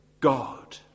God